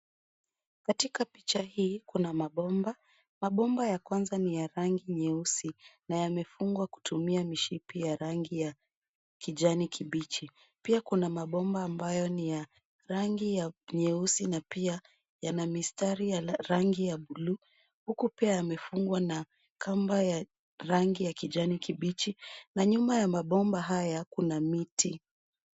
Katika picha hii, kuna mabomba. Mabomba ya kwanza ni ya rangi nyeusi na yamefungwa kutumia mshipi ya rangi ya kijani kibichi. Pia kuna mabomba ambayo ni ya rangi ya nyeusi na pia yana mistari ya rangi ya buluu huku pia yamefungwa na kamba ya rangi ya kijani kibichi. Na nyuma ya mabomba haya kuna miti.